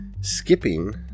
skipping